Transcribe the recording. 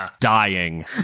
Dying